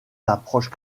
l’approche